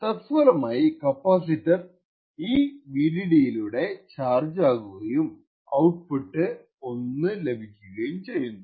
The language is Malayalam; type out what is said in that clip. തത്ഫലമായി കപ്പാസിറ്റർ ഈ Vdd യിലൂടെ ചാർജ് ആകുകയും ഔട്പുട്ട് 1 ലഭിക്കുകയും ചെയ്യുന്നു